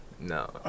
no